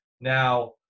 Now